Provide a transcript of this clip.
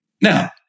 Now